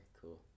Cool